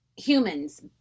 humans